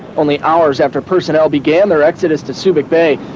only hours after personnel began their exodus to subic bay,